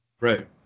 Right